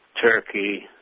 Turkey